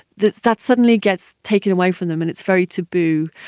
that that suddenly gets taken away from them, and it's very taboo.